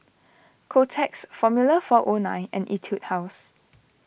Kotex formula four O nine and Etude House